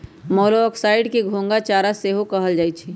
मोलॉक्साइड्स के घोंघा चारा सेहो कहल जाइ छइ